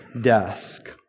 desk